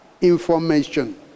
information